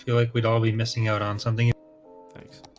yeah like we'd all be missing out on something thanks